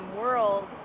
world